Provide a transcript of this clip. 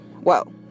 whoa